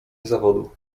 zawodu